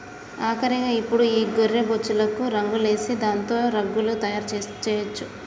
ఆఖరిగా ఇప్పుడు ఈ గొర్రె బొచ్చులకు రంగులేసి దాంతో రగ్గులు తయారు చేయొచ్చు